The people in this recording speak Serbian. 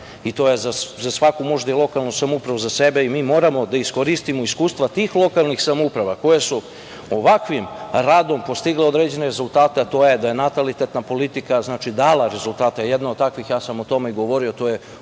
i to je za svaku možda i lokalnu samoupravu za sebe, i mi moramo da iskoristimo iskustva tih lokalnih samouprava koje su ovakvim radom postigle određene rezultate, a to je da je natalitetna politika dala rezultate. Jedna od takvih, ja sam o tome i govorio, to je